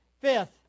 Fifth